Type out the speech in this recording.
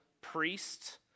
priest